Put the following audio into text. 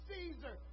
Caesar